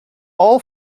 all